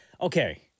Okay